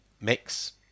mix